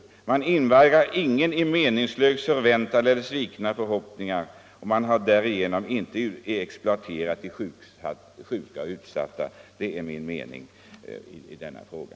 Ingen invaggas då i meningslös förväntan eller får sina förhoppningar svikna, och därigenom exploaterar man inte heller de sjuka och utsatta. Det är min mening i denna fråga.